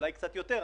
אולי קצת יותר.